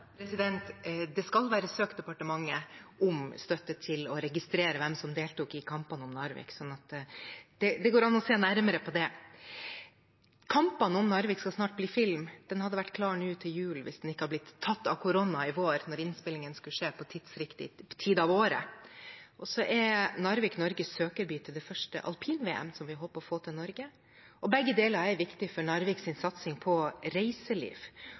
Det skal være søkt departementet om støtte til å registrere hvem som deltok i kampene om Narvik, så det går an å se nærmere på det. Kampene om Narvik skal snart bli film. Den hadde vært klar nå til jul hvis den ikke hadde blitt tatt av korona i vår, da innspillingen skulle skje på riktig tid av året. Så er Narvik Norges søkerby til det første alpin-VM som vi håper å få til Norge. Begge deler er viktig for Narviks satsing på reiseliv.